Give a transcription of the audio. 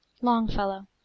Longfellow